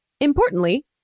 Importantly